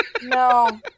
No